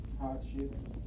hardship